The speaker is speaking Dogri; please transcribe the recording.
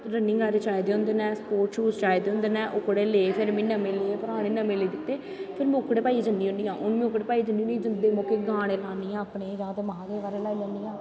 रनिंग आह्ले चाही दे होंदे नै स्पोटस शूज़ चाही दे होंदे नै ओह्कड़े ले फिर में नमें ले फिर में ओह्कड़े पाईयै जन्नी होनी आं ओह्कड़े पाईयै जन्नी आं जंदे मौके गानें लान्नी आं अपना महांदेव आह्ले लाई लैन्नी आं